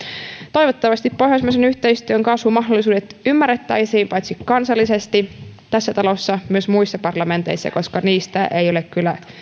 toivottavasti pohjoismaisen yhteistyön kasvun mahdollisuudet ymmärrettäisiin paitsi kansallisesti tässä talossa myös muissa parlamenteissa koska niistä ei ole kyllä